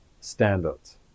standards